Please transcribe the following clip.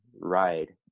ride